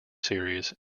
series